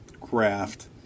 graft